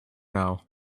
know